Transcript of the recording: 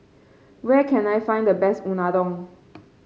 where can I find the best Unadon